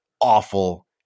awful